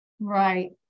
Right